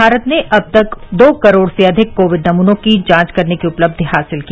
भारत ने अब तक दो करोड़ से अधिक कोविड नमूनों की जांच करने की उपलब्धि हासिल की